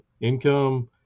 income